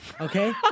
okay